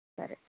సరే